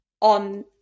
on